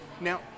Now